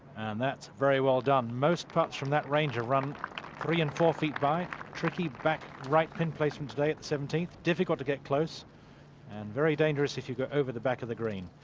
and that's very well done. most cuts from that range around three and four feet by tricky back, right pin placements date seventeenth. difficult to get close and very dangerous. if you go over the back of the green.